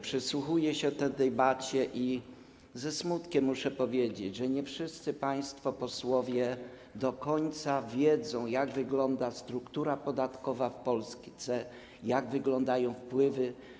Przysłuchuję się tej debacie i ze smutkiem muszę powiedzieć, że nie wszyscy państwo posłowie do końca wiedzą, jak wygląda struktura podatkowa w Polsce, jak wyglądają wpływy.